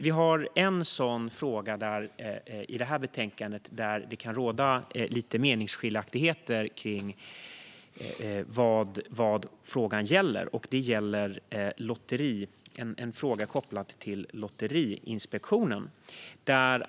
Vi har en sådan fråga i betänkandet där det kan råda lite meningsskiljaktigheter kring vad frågan gäller, och den är kopplad till Lotteriinspektionen.